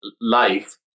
life